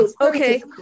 okay